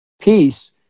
peace